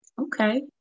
Okay